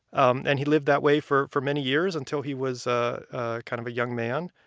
um and he lived that way for for many years until he was a kind of young man.